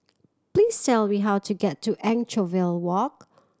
please tell me how to get to Anchorvale Walk